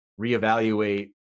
reevaluate